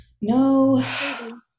no